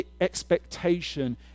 expectation